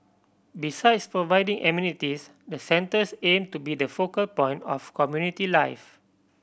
besides providing amenities the centres aim to be the focal point of community life